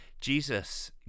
Jesus